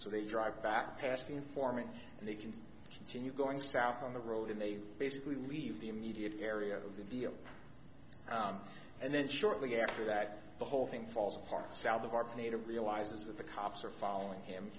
so they drive back past the informant and they can continue going south on the road and they basically leave the immediate area of the deal and then shortly after that the whole thing falls apart south of our native realizes that the cops are following him